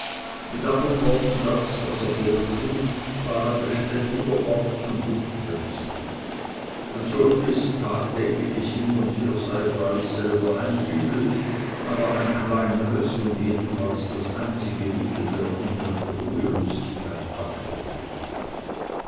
mit anderen worten das was er vorschlug war ein beständiger orts und luftwechsel ein solch tagtägliches hin und her sei freilich selber ein übel aber ein kleineres und jedenfalls das einzige mittel der inneren ruhelosigkeit abzuhelfen